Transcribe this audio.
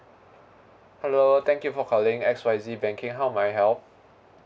hello thank you for calling X Y Z banking how may I help